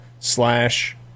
slash